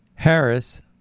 Harris